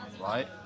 right